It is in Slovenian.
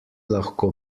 lahko